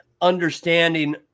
understanding